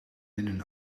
midden